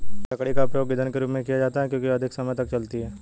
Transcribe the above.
लकड़ी का उपयोग ईंधन के रूप में किया जाता है क्योंकि यह अधिक समय तक जलती है